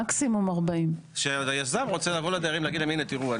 מקסימום 40. היזם שרוצה לבוא לדיירים ולהגיד להם הנה תראו,